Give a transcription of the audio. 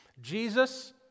Jesus